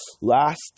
last